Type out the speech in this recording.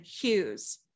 cues